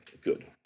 good